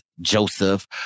Joseph